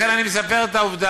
לכן אני מספר את העובדה.